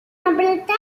alberta